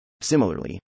Similarly